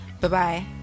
Bye-bye